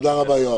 תודה רבה.